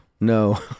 No